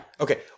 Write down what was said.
Okay